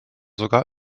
sogar